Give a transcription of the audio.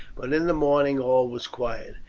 but in the morning all was quiet.